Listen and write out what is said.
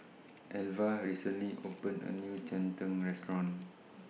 Elva recently opened A New Cheng Tng Restaurant